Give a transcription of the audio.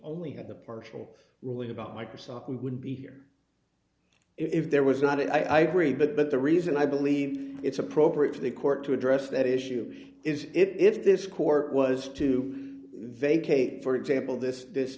only had the partial ruling about microsoft we wouldn't be here if there was not i agree but but the reason i believe it's appropriate for the court to address that issue is if this court was to vacate for example this this